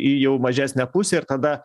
į jau mažesnę pusę ir tada